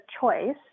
choice